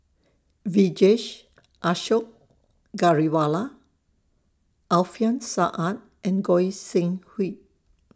Vijesh Ashok Ghariwala Alfian Sa'at and Goi Seng Hui